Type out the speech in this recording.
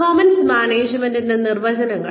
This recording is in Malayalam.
പെർഫോമൻസ് മാനേജ്മെന്റിന്റെ നിർവചനങ്ങൾ